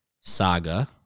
Saga